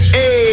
Hey